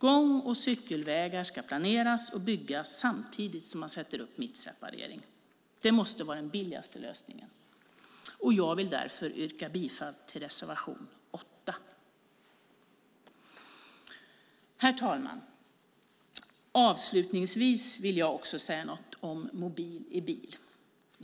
Gång och cykelvägen ska planeras och byggas samtidigt som man sätter upp mittseparering. Det måste vara den billigaste lösningen. Jag yrkar därför bifall till reservation 8. Herr talman! Avslutningsvis vill också jag säga några ord om detta med mobil i bil.